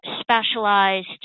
specialized